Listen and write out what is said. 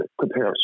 compare